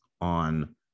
on